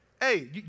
hey